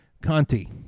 conti